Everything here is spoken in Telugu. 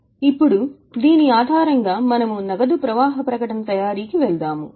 ఇప్పుడు దీని ఆధారంగా మనము నగదు ప్రవాహ ప్రకటన తయారీకి వెళ్ళాము